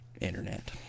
internet